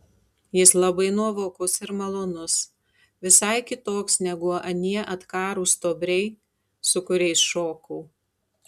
jis labai nuovokus ir malonus visai kitoks negu anie atkarūs stuobriai su kuriais šokau